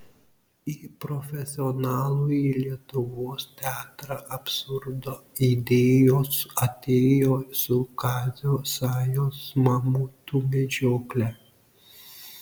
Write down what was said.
į profesionalųjį lietuvos teatrą absurdo idėjos atėjo su kazio sajos mamutų medžiokle